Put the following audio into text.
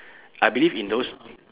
I believe in those